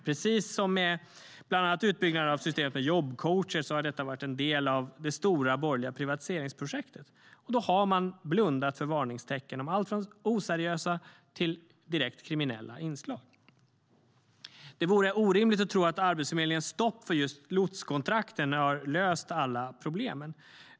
Precis som med bland annat utbyggnaden av systemet med jobbcoacher har detta varit en del av det stora borgerliga privatiseringsprojektet, och då har man blundat för varningstecken om allt från oseriösa till direkt kriminella inslag. Det vore orimligt att tro att Arbetsförmedlingens stopp för just lotskontrakten har löst alla problem.